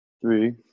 three